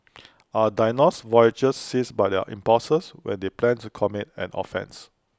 are diagnosed voyeurs seized by their impulses when they plan to commit an offence